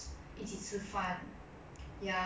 then it's a whole different experience 了